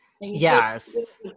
Yes